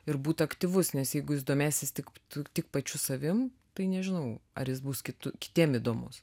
ir būti aktyvus nes jeigu jis domėsis tik tu tik pačiu savim tai nežinau ar jis bus kitu kitiem įdomus